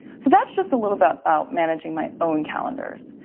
so that's just a little bit about managing my own calendars.